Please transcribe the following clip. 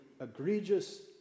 egregious